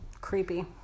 Creepy